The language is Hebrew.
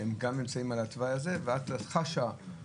שהם גם נמצאים על התוואי הזה ואז את חשה את